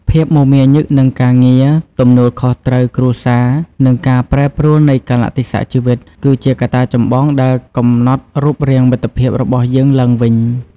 ភាពមមាញឹកនឹងការងារ ទំនួលខុសត្រូវគ្រួសារ និងការប្រែប្រួលនៃកាលៈទេសៈជីវិត គឺជាកត្តាចម្បងដែលកំណត់រូបរាងមិត្តភាពរបស់យើងឡើងវិញ។